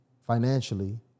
financially